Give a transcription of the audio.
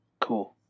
cool